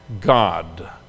God